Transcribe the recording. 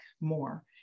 more